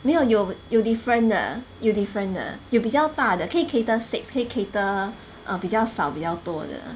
没有有有 different 的有 different 的有比较大的可以 cater six 可以 cater err 比较少比较多的